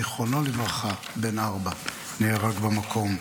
זיכרונו לברכה, בן ארבע, נהרג במקום.